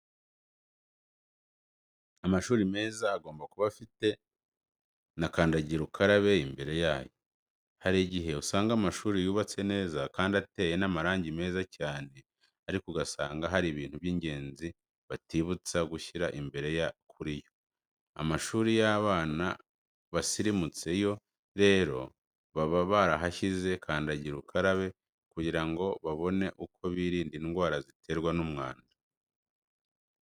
Amashuri meza agomba kuba afite na kandagira ukarabe imbere yayo. Hari igihe usanga amashuri yubatse neza kandi ateye n'amarangi meza cyane ariko ugasanga hari ibintu by'ingenzi batibutse gushyira imbere kuri yo. Amashuri y'abana basirimutse yo rero baba barahashyize kandagira ukarabe kugira ngo babone uko birinda indwara ziterwa n'umwanda.